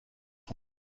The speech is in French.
son